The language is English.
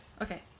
Okay